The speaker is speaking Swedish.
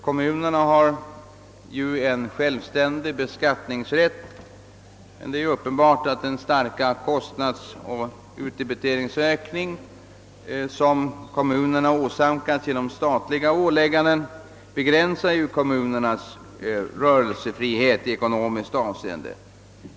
Kommunerna har en självständig beskattningsrätt, men det är uppenbart att den starka kostnads och utdebiteringsökning, som kommunerna åsamkats genom statliga ålägganden, begränsar kommunernas rörelsefrihet i ekonomiskt avseende.